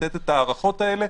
לתת את ההארכות האלה.